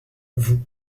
vous